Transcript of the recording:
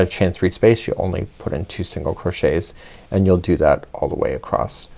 ah chain three space you only put in two single crochets and you'll do that all the way across.